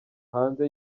hanze